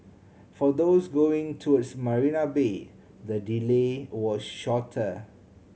for those going towards Marina Bay the delay was shorter